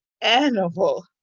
animal